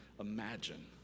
imagine